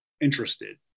interested